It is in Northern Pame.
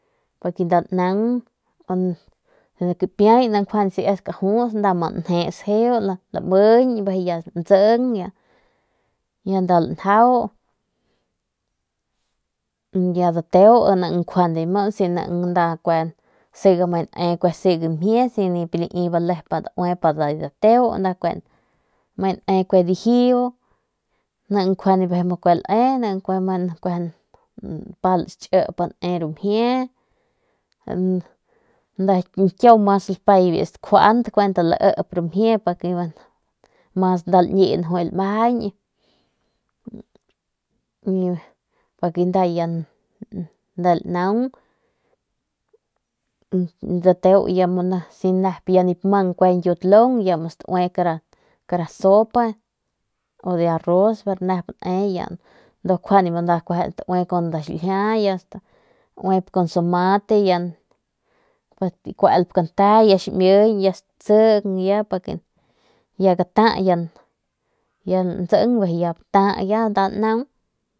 Y ya nda lanjau y ya dateu naang siga nda me ne mjie si ya nda nip lame pa biu dateu lame ke ne kue dijiu naang lame ke ne me npal chi pa ne ru mjie kiau mas lapay biu stakjuat bi nda mas lañin juay lamajañ ya dateu si ya nip mang kara ñkiutalung staue kara sopa de arroz u ndu kjuande nda staue kun nda xiljia sakuelp kante ya ximiñ ya satsing ya gata bijiy ya lantsing bijiy ya bata ya nda lanaung.